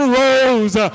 rose